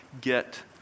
get